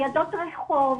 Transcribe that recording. ניידות רחוב.